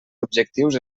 objectius